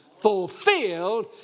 fulfilled